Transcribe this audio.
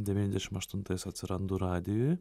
devyniasdešim aštuntais atsirandu radijuj